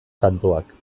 kantuak